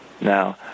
Now